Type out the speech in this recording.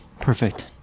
perfect